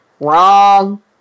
Wrong